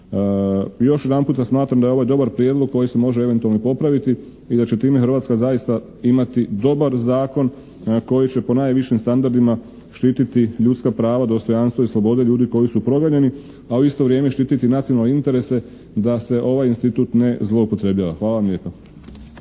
Još jedanputa smatram da je ovo dobar Prijedlog koji se može eventualno popraviti i da će time Hrvatska zaista imati dobar zakona koji će po najvišim standardima štititi ljudska prava, dostojanstvo i slobode ljudi koji su …/Govornik se ne razumije./…, a u isto vrijeme štititi nacionalne interese da se ovaj institut ne zloupotrebljava. Hvala vam lijepa.